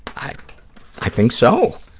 i i think so.